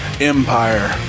Empire